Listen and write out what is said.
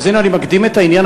אז הנה אני מקדים את העניין,